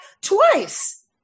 twice